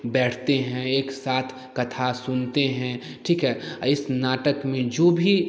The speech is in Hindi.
बैठते हैं एक साथ कथा सुनते हैं ठीक है इस नाटक में जो भी